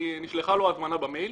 כי נשלחה לו הזמנה במייל.